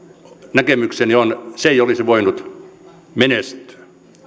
näkemykseni on että se ei olisi voinut menestyä